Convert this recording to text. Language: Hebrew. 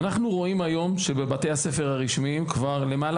אנחנו רואים היום שבבתי הספר הרשמיים למעלה